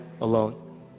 alone